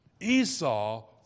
Esau